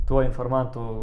tuo informantu